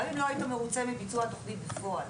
גם אם לא היית מרוצה מביצוע התוכנית בפועל.